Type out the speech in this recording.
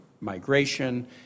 Migration